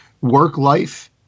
work-life